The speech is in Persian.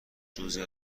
جزعی